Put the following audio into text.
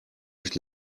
nicht